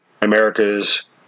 America's